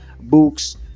books